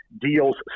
deals